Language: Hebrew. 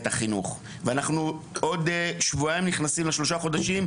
החינוך ואנחנו עוד שבועיים נכנסים לשלושת החודשים,